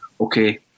okay